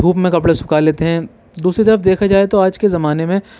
دھوپ میں کپڑے سکھا لیتے ہیں دوسری طرف دیکھا جائے تو آج کے زمانے میں